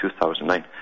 2009